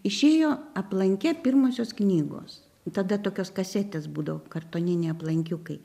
išėjo aplanke pirmosios knygos tada tokios kasetės būdavo kartoniniai aplankiukai